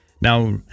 Now